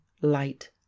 light